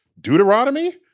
Deuteronomy